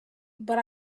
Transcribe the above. but